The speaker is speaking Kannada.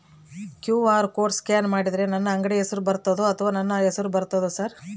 ಕ್ಯೂ.ಆರ್ ಕೋಡ್ ಸ್ಕ್ಯಾನ್ ಮಾಡಿದರೆ ನನ್ನ ಅಂಗಡಿ ಹೆಸರು ಬರ್ತದೋ ಅಥವಾ ನನ್ನ ಹೆಸರು ಬರ್ತದ ಸರ್?